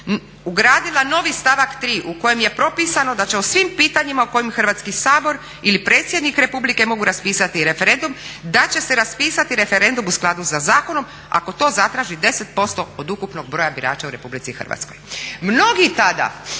ugradila novi stavak 3. u kojem je propisano da će o svim pitanjima u kojim Hrvatski sabor ili predsjednik Republike mogu raspisati referendum da će se raspisati referendum u skladu sa zakonom ako to zatraži 10% od ukupnog broja birača u RH. Mnogi tada,